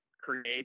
create